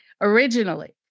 originally